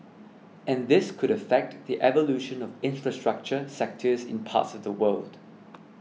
and this could affect the evolution of infrastructure sectors in parts of the world